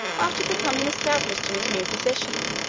after becoming established in his new position,